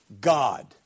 God